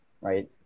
right